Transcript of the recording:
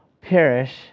perish